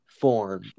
form